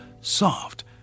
soft